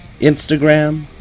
Instagram